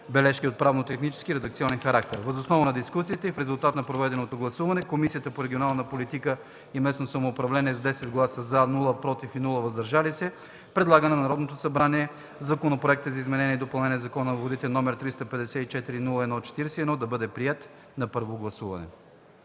бележки от правно-технически и редакционен характер. Въз основа на дискусията и в резултат на проведеното гласуване Комисията по регионална политика и местно самоуправление с 10 гласа - “за”, без “против” и – “въздържали се”, предлага на Народното събрание Законопроект за изменение и допълнение на Закона за водите, № 354-01-41, да бъде приет на първо гласуване.”